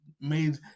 made